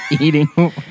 Eating